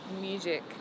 music